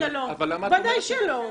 ודאי שלא.